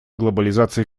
глобализации